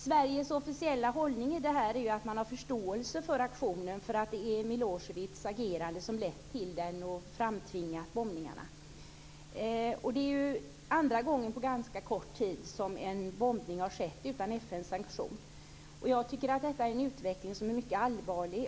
Sveriges officiella hållning är att man har förståelse för aktionen därför att det är Milosevics agerande som har lett till den och framtvingat bombningarna. Det är andra gången på ganska kort tid som en bombning har skett utan FN:s sanktion. Jag tycker att detta är en utveckling som är mycket allvarlig.